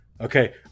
Okay